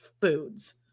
foods